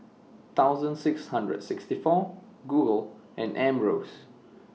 thousand six hundred sixty four Google and Ambros